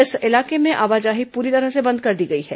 इस इलाके में आवाजाही पूरी तरह से बंद कर दी गई है